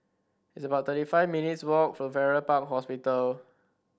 it's about thirty five minutes' walk for Farrer Park Hospital